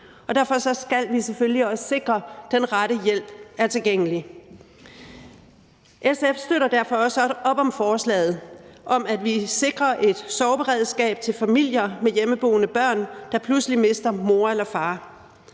derfor skal vi selvfølgelig også sikre, at den rette hjælp er tilgængelig. SF støtter derfor også op om forslaget om, at vi sikrer et sorgberedskab til familier med hjemmeboende børn, der pludselig mister mor eller far.